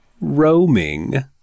Roaming